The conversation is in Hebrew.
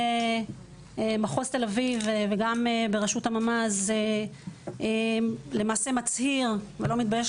מחוז תל אביב וגם בראשות הממ"ז למעשה מצהיר ולא מתבייש